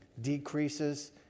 decreases